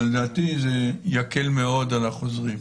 לדעתי זה יקל מאוד על החוזרים.